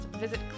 visit